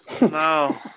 No